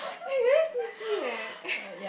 you very sneaky eh